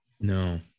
no